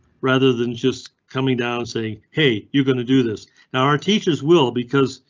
rather than just coming down, say hey you gonna do this now our teachers will because.